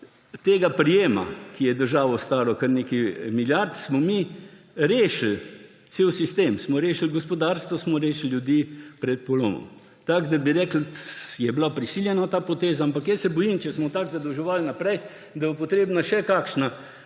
tega prijema, ki je državo stal kar nekaj milijard, smo mi rešili cel sistem, smo rešili gospodarstvo, smo rešili ljudi pred polomom. Tako da bi rekli, da je bila prisiljena ta poteza, ampak jaz se bojim, če se bomo tako zadolževali naprej, da bo potrebna še kakšna